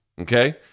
Okay